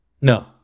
No